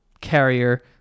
carrier